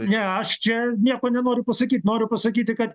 ne aš čia nieko nenoriu pasakyt noriu pasakyti kad